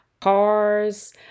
cars